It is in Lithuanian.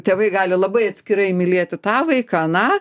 tėvai gali labai atskirai mylėti tą vaiką aną